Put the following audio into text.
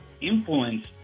influence